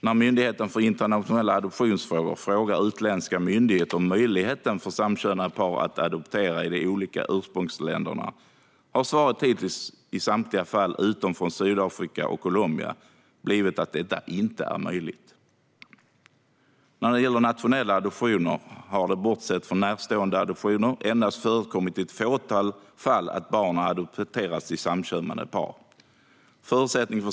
När Myndigheten för familjerätt och föräldraskapsstöd frågar utländska myndigheter om möjligheten för samkönade par att adoptera i de olika ursprungsländerna har svaret hittills i samtliga fall, utom från Sydafrika och Colombia, blivit att detta inte är möjligt. När det gäller nationella adoptioner har det, bortsett från närståendeadoptioner, endast förekommit i ett fåtal fall att barn har adopterats till samkönade par.